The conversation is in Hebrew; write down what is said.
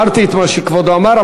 הערתי את מה שכבודו אמר,